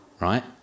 Right